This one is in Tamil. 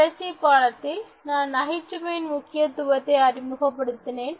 கடைசி பாடத்தில் நான் நகைச்சுவையின் முக்கியத்துவத்தை அறிமுகப்படுத்தினேன்